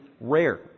rare